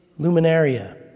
luminaria